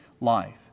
life